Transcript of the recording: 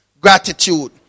gratitude